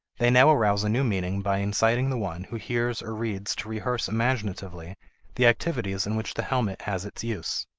they now arouse a new meaning by inciting the one who hears or reads to rehearse imaginatively the activities in which the helmet has its use.